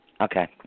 Okay